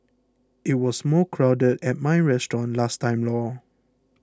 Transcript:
it was more crowded at my restaurant last time lor